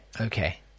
Okay